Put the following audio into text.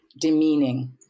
demeaning